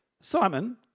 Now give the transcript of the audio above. Simon